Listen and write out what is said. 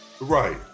Right